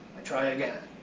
i try again.